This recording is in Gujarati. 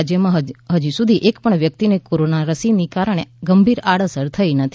રાજયમાં હજુ સુધી એક પણ વ્યકિતને કોરોનાની રસીને કારણે ગંભીર આડઅસર થઇ નથી